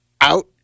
out